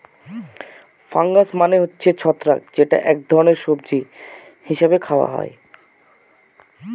fungus মানে হচ্ছে ছত্রাক যেটা এক ধরনের সবজি হিসেবে খাওয়া হয়